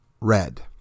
red